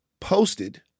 posted